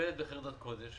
שמטופלת בחרדת קודש.